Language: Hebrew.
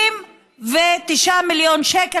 39 מיליון שקל,